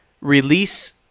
release